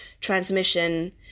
transmission